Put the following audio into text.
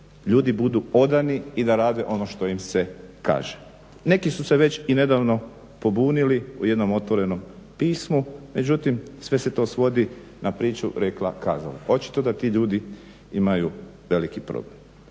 ljudi budu odani i da rade ono što im se kaže. Neki su se već i nedavno pobunili u jednom otvorenom pismu, međutim sve se to svodi na priču rekla-kazala. Očito da ti ljudi imaju veliki problem.